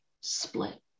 split